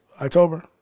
October